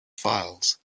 files